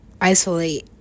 isolate